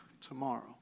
tomorrow